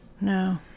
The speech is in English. No